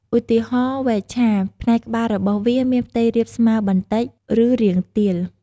ឧទារហណ៍ វែកឆា ផ្នែកក្បាលរបស់វាមានផ្ទៃរាបស្មើបន្តិច ឬរាងទាល។